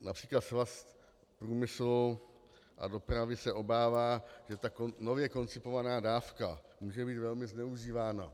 Například Svaz průmyslu a dopravy se obává, že nově koncipovaná dávka může být velmi zneužívána.